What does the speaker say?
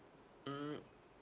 mm